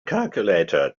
calculator